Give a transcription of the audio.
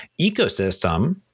ecosystem